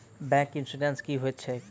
Bank insurance की होइत छैक?